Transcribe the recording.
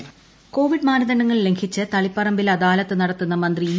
Satheesan Pacheni covid മാനദണ്ഡങ്ങൾ ലംഘിച്ച് തളിപ്പറമ്പിൽ അദാലത്ത് നടത്തുന്ന മന്ത്രി ഇ